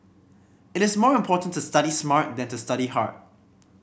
it is more important to study smart than to study hard